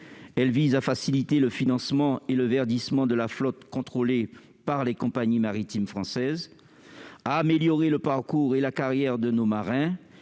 Elles visent à faciliter le financement et le verdissement de la flotte contrôlée par les compagnies maritimes françaises, à améliorer le parcours et la carrière de nos marins